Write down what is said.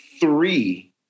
three